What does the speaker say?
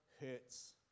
hurts